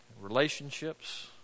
relationships